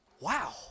wow